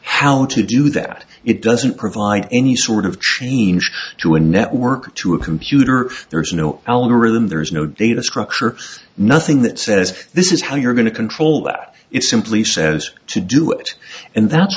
how to do that it doesn't provide any sort of change to a network to a computer there is no algorithm there is no data structure nothing that says this is how you're going to control that it simply says to do it and that's